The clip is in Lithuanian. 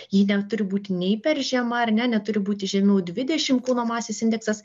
ji neturi būti nei per žema ar ne neturi būti žemiau dvidešim kūno masės indeksas